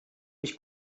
mich